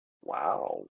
Wow